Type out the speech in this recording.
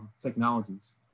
technologies